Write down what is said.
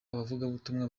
abavugabutumwa